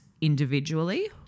individually